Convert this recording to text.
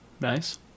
Nice